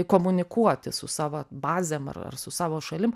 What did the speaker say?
komunikuoti su savo bazėm ar su savo šalim